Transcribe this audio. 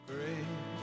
Great